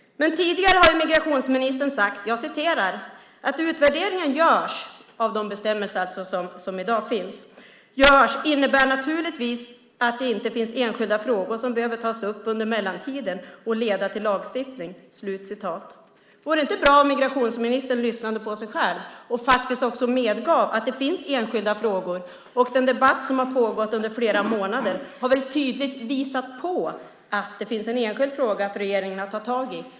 Tidigare har migrationsministern om utvärderingen av de bestämmelser som i dag finns sagt: "Att utvärderingen görs innebär naturligtvis att det inte finns enskilda frågor som behöver tas upp under mellantiden och leda till lagstiftning." Vore det inte bra om migrationsministern lyssnade på sig själv och faktiskt medgav att det finns enskilda frågor som man behöver ta tag i? Den debatt som har pågått under flera månader har väl tydligt visat på att det finns en enskild fråga för regeringen att ta tag i.